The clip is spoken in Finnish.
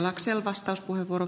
arvoisa puhemies